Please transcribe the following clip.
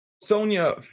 Sonia